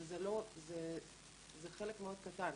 אבל זה חלק מאוד קטן.